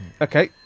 Okay